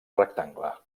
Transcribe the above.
rectangle